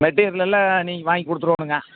மெட்டீரியலெல்லாம் நீங்கள் வாங்கி கொடுத்துறோனுங்க